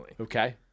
Okay